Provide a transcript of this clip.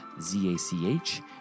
Z-A-C-H